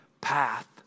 path